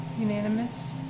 unanimous